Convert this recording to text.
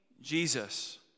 jesus